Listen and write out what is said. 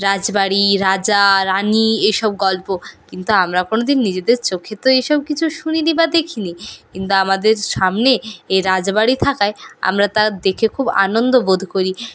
রাজবাড়ি রাজা রানী এসব গল্প কিন্তু আমরা কোনো দিন নিজেদের চোখে তো এই সব কিছু শুনি নি বা দেখি নি কিন্তু আমাদের সামনে এ রাজবাড়ি থাকায় আমরা তা দেখে খুব আনন্দ বোধ করি